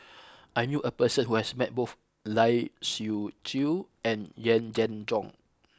I knew a person who has met both Lai Siu Chiu and Yee Jenn Jong